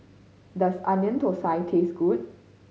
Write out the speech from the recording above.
does Onion Thosai taste good